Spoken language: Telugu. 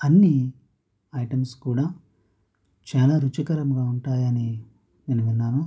అన్నీ ఐటమ్స్ కూడా చాలా రుచికరంగా ఉంటాయని నేను విన్నాను